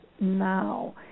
now